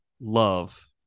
love